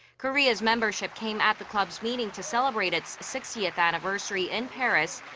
korea's membership came at the club's meeting to celebrate its sixtieth anniversary in paris.